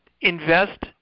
invest